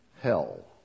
hell